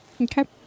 Okay